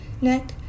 neck